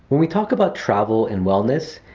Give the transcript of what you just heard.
when we talk about travel and wellness,